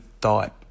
thought